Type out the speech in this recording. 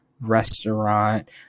Restaurant